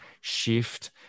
shift